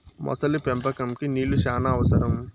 మొసలి పెంపకంకి నీళ్లు శ్యానా అవసరం